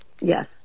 Yes